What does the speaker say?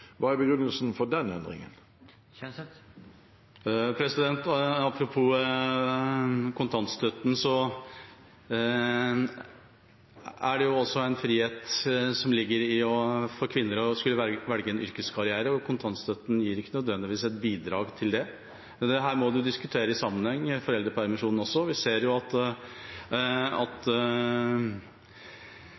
Hva er begrunnelsen for den endringen? Apropos kontantstøtten: Det ligger jo også en frihet for kvinner i å skulle velge en yrkeskarriere. Kontantstøtten gir ikke nødvendigvis noe bidrag til det. Men dette må diskuteres i sammenheng med foreldrepermisjonen også. Vi ser jo at